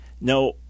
No